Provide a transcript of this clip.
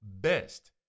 best